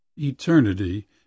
Eternity